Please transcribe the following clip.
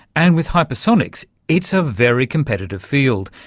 and with hypersonics it's a very competitive field.